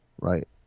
right